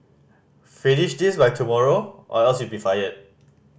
finish this by tomorrow or else you'll be fired